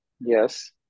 yes